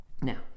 Now